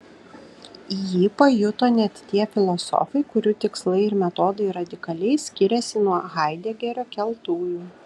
jį pajuto net tie filosofai kurių tikslai ir metodai radikaliai skiriasi nuo haidegerio keltųjų